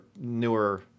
newer